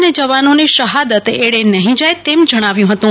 અને જવાનોની શહાદત એળે નહીં જાય એમ જણાવ્યું હતું